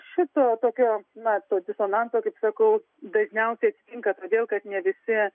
šito tokio na to disonanso kaip sakau dažniausiai atsitinka todėl kad ne visi